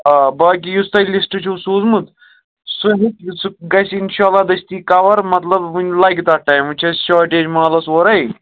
آ باقٕے یُس تۄہہِ لِسٹہٕ چھُو سوٗزمُت سُہ یُس سُہ گژھِ اِنشاءاللہ دٔستی کَوَر مطلب وُنہِ لَگہِ تَتھ ٹایِم وُنہِ چھِ اَسہِ شاٹیج مالَس اوٚرٕے